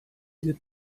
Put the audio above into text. did